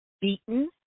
beaten